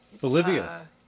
Bolivia